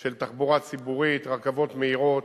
של תחבורה ציבורית, רכבות מהירות